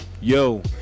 yo